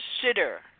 consider